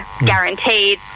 guaranteed